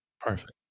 Perfect